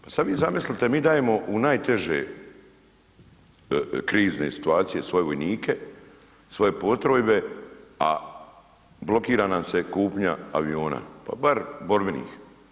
Pa sad vi zamislite, mi dajemo u najteže krizne situacije svoje vojnike, svoje postrojbe, a blokira nam se kupnja aviona, pa bar borbenih.